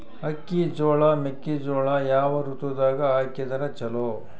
ಅಕ್ಕಿ, ಜೊಳ, ಮೆಕ್ಕಿಜೋಳ ಯಾವ ಋತುದಾಗ ಹಾಕಿದರ ಚಲೋ?